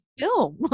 film